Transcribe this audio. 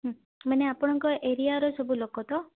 ମାନେ ଆପଣଙ୍କ ଏରିଆର ସବୁ ଲୋକ ତ